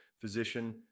physician